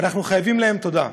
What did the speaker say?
ואנחנו חייבים להם תודה.